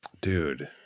Dude